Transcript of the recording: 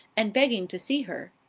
and begging to see her.